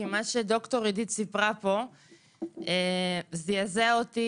כי מה שד"ר אידית סיפרה פה זעזע אותי